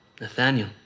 Nathaniel